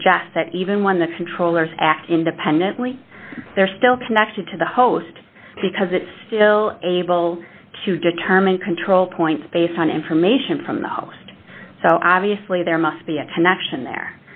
suggests that even when the controllers act independently they're still connected to the host because it's still able to determine control points based on a permission from the host so obviously there must be a connection there